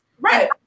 Right